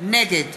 נגד